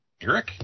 Eric